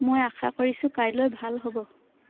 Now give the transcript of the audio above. মই আশা কৰিছো কাইলৈ ভাল হ'ব